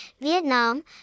Vietnam